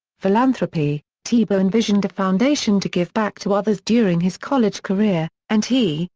philanthropy tebow envisioned a foundation to give back to others during his college career, and he,